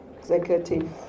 Executive